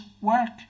work